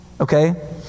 Okay